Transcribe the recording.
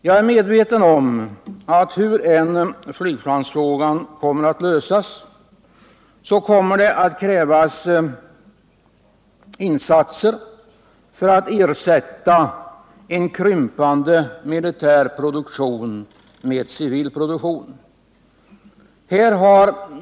Jag är medveten om att hur flygplansfrågan än kommer att lösas kommer det att krävas insatser för att ersätta en krympande militär produktion med en civil produktion.